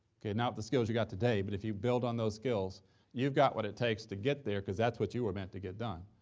okay, not with the skills you got today, but if you build on those skills you've got what it takes to get there, cause that's what you were meant to get done,